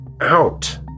out